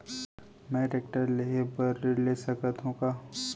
मैं टेकटर लेहे बर ऋण ले सकत हो का?